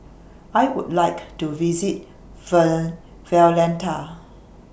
I Would like to visit Valletta